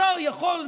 השר יכול,